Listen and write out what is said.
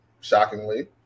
shockingly